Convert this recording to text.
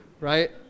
Right